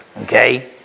Okay